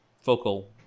focal